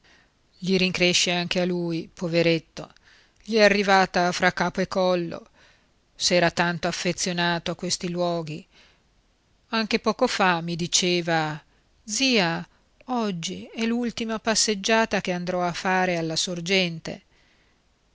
lettera urgentissima gli rincresce anche a lui poveretto gli è arrivata fra capo e collo s'era tanto affezionato a questi luoghi anche poco fa mi diceva zia oggi è l'ultima passeggiata che andrò a fare alla sorgente